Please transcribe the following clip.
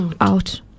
out